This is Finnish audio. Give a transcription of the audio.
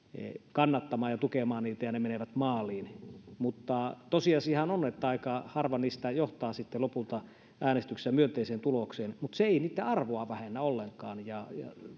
kannattamaan ja tukemaan niitä ja ne menevät maaliin mutta tosiasiahan on että aika harva niistä johtaa sitten lopulta äänestyksessä myönteiseen tulokseen mutta se ei niitten arvoa vähennä ollenkaan ja